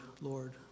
Lord